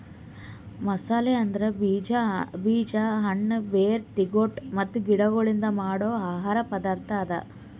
ಮಸಾಲೆ ಅಂದುರ್ ಬೀಜ, ಹಣ್ಣ, ಬೇರ್, ತಿಗೊಟ್ ಮತ್ತ ಗಿಡಗೊಳ್ಲಿಂದ್ ಮಾಡೋ ಆಹಾರದ್ ಪದಾರ್ಥ ಅದಾ